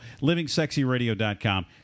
LivingSexyRadio.com